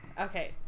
Okay